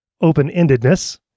open-endedness